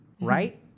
Right